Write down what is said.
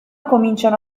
cominciano